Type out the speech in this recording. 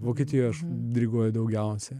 vokietijos diriguoja daugiausiai